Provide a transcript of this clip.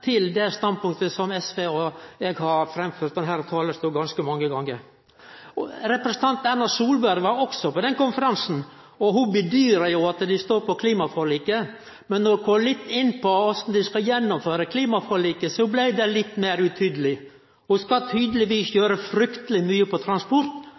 til det standpunktet som SV og eg har framført frå denne talarstolen ganske mange gonger. Representanten Erna Solberg var også på den konferansen, og ho slo fast at dei står på klimaforliket. Men når ein går litt inn på korleis dei skal gjennomføre klimaforliket, blei det litt meir utydeleg. Ho skal tydelegvis gjere frykteleg mykje på transport,